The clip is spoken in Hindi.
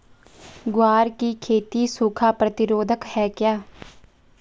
ग्वार की खेती सूखा प्रतीरोधक है क्या?